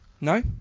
No